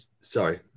Sorry